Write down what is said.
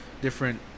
different